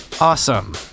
awesome